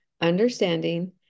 understanding